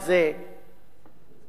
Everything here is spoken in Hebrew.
עוד במושב הקיץ.